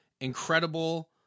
incredible